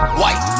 white